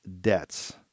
debts